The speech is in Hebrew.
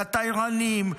לתיירנים,